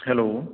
hello